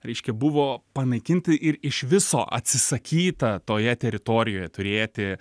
reiškia buvo panaikinti ir iš viso atsisakyta toje teritorijoje turėti